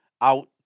out